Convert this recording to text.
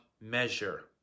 measure